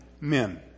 men